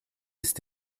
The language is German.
ist